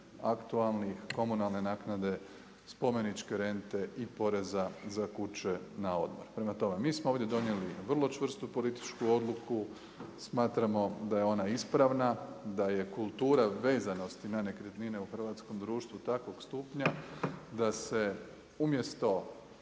aktualnih, komunalne naknade, spomeničke rente i poreza za kuče na odmor. Prema tome, mi smo ovdje donijeli vrlo čvrstu političku odluku, smatramo da je ona ispravna, da je kultura vezanosti na nekretnine u hrvatskom društvu takvog stupanja, da se umjesto